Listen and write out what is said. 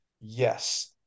Yes